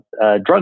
drugs